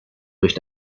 durch